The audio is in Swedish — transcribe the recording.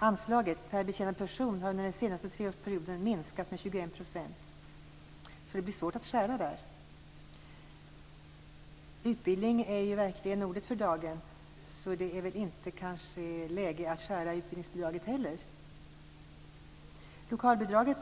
Anslaget per betjänad person har under den senaste treårsperioden minskat med 21 %, så det blir svårt att skära där. Utbildning är verkligen ordet för dagen. Därför är det kanske inte läge att skära i utbildningsbidraget heller. Hur är det då med lokalbidraget?